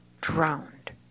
drowned